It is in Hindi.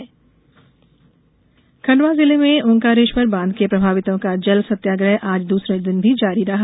सत्याग्रह खंडवा जिले में आंकारेश्वर बांध के प्रभावितों का जल सत्याग्रह आज दूसरे दिन भी जारी रहा